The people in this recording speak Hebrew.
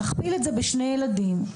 נכפיל את זה בשני ילדים,